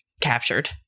captured